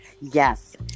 Yes